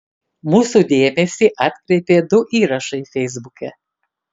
mūsų dėmesį atkreipė du įrašai feisbuke